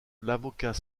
l’avocat